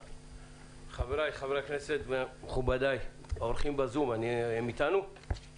חבריי חברי הכנסת, מכובדיי, האורחים בזום, אנחנו